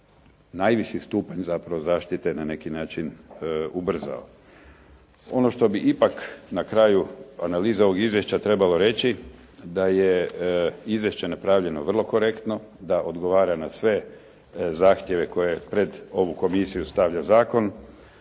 najviši stupanj zapravo zaštite na neki način ubrzao. Ono što bi ipak na kraju analiza ovog izvješća trebalo reći da je izvješće napravljeno vrlo korektno, da odgovara na sve zahtjeve koje pred ovu komisiju stavlja zakon,